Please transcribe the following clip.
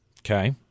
Okay